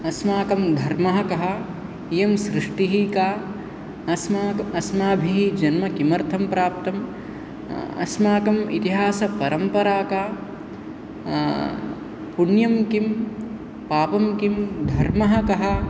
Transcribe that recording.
अस्माकं धर्मः कः इयं सृष्टिः का अस्मात् अस्माभिः जन्म किमर्थं प्राप्तम् अस्माकम् इतिहासपरम्परा का पुण्यं किं पापं किं धर्मः कः